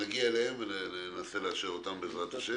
נגיע אליהן, וננסה לאשר אותן, בעזרת השם.